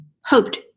hoped